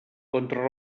contra